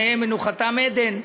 שניהם מנוחתם עדן.